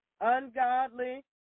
ungodly